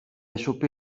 chopé